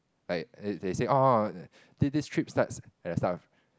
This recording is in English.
like they they say oh this this trip starts at the start of